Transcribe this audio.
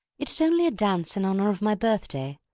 it is only a dance in honour of my birthday.